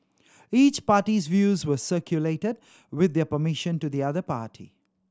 each party's views were circulated with their permission to the other party